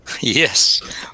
Yes